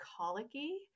colicky